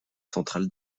central